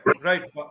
right